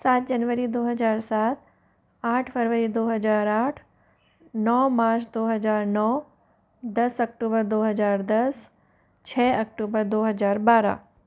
सात जनवरी दो हजार सात आठ फ़रवरी दो हजार आठ नौ मार्च दो हजार नौ दस अक्टूबर दो हजार दस छः अक्टूबर दो हजार बारह